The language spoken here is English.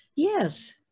Yes